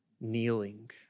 kneeling